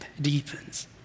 deepens